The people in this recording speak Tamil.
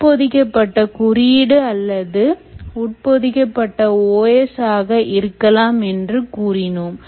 உட்பொதிக்கப்பட்ட குறியீடு அல்லது உட்பொதிக்கப்பட்ட OS ஆக இருக்கலாம் என்று கூறினோம்